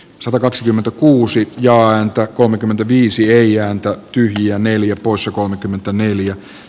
satakaksikymmentäkuusi joan tai kolmekymmentäviisi ei ääntä tyhjää neljä poissa kolmekymmentäneljä